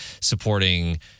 supporting